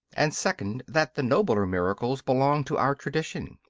and second that the nobler miracles belong to our tradition.